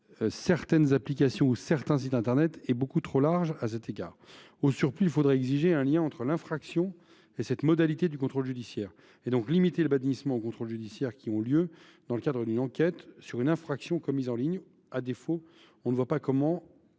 certaines applications ou certains sites internet » est bien trop large à cet égard. Au surplus, il faudrait exiger un lien entre l’infraction et cette modalité de contrôle judiciaire, donc limiter le bannissement aux contrôles judiciaires qui ont lieu dans le cadre d’une enquête sur une infraction commise en ligne ; à défaut, on ne voit pas pourquoi